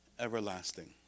everlasting